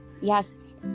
yes